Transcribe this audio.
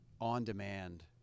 on-demand